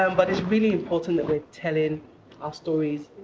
um but it's really important that we're telling our stories.